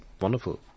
wonderful